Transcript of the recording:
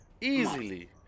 easily